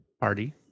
party